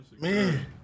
Man